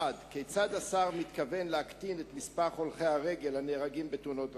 1. כיצד השר מתכוון להקטין את מספר הולכי-הרגל שנהרגים בתאונות דרכים?